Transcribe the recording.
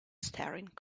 staring